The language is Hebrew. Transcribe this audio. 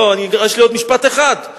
לא, יש לי עוד משפט אחד.